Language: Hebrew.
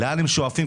לאן הם שואפים,